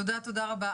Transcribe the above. תודה רבה.